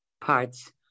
parts